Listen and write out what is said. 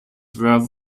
were